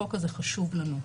החוק הזה חשוב לנו.